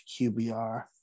QBR